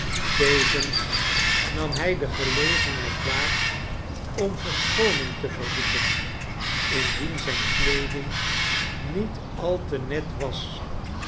tevens nam hij de gelegenheid waar om verschooning te verzoeken indien zijne kleeding niet al te net was